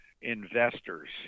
investors